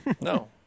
No